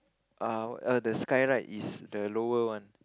err the sky ride is the lower one